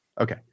Okay